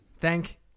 Thank